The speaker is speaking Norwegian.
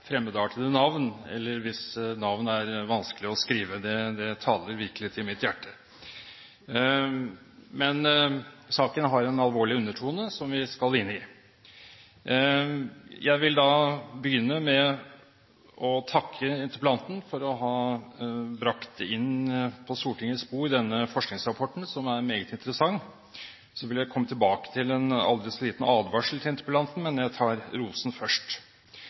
fremmedartede navn, eller hvis navn er vanskelig å skrive. Det taler virkelig til mitt hjerte. Men saken har en alvorlig undertone som vi skal inn i. Jeg vil da begynne med å takke interpellanten for å ha brakt inn på Stortingets bord denne forskningsrapporten som er meget interessant. Så vil jeg komme tilbake til en aldri så liten advarsel til interpellanten, men jeg tar rosen først.